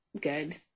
good